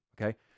okay